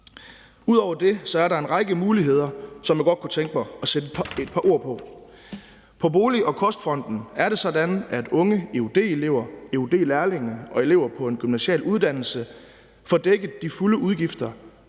Ud over det er der en række muligheder, som jeg godt kunne tænke mig at sætte par ord på. På bolig- og kostfronten er det sådan, at unge eud-elever, eud-lærlinge og elever på en gymnasial uddannelse får dækket de fulde udgifter